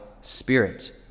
spirit